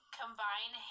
combine